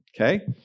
Okay